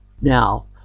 Now